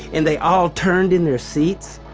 and they all turned in their seats,